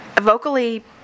vocally